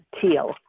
teal